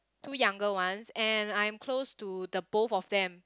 two youngers ones and I am close to the both of them